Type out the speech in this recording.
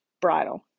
bridle